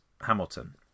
Hamilton